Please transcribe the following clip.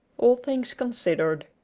all things considered.